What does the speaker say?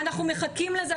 אנחנו מחכים לזה.